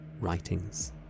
writings